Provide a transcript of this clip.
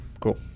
Cool